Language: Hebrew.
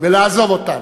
ולעזוב אותם.